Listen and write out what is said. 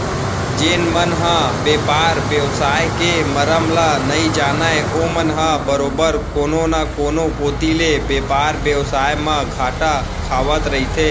जेन मन ह बेपार बेवसाय के मरम ल नइ जानय ओमन ह बरोबर कोनो न कोनो कोती ले बेपार बेवसाय म घाटा खावत रहिथे